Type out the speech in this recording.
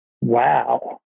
Wow